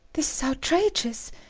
this is outrageous!